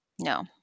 No